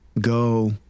go